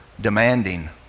demanding